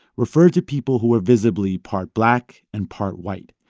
referred to people who were visibly part black and part white.